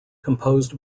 composed